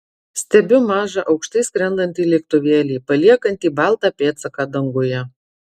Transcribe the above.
stebiu mažą aukštai skrendantį lėktuvėlį paliekantį baltą pėdsaką danguje